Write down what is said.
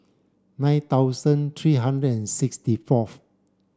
nine thousand three hundred and sixty fourth